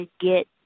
get